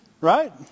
right